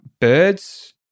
birds